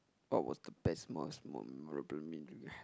what was the best most memorable meal you had